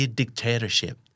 dictatorship